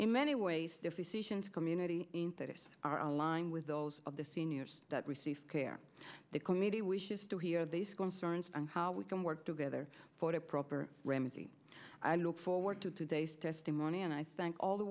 in many ways if we see sions community that is are aligned with those of the seniors that receive care the committee wishes to hear these concerns and how we can work together for a proper remedy i look forward to today's testimony and i thank all the